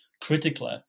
critically